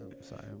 sorry